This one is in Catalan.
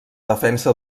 defensa